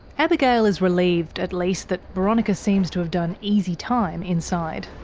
abigail is relieved at least that boronika seems to have done easy time inside.